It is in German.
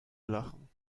lachen